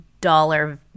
dollar